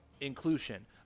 inclusion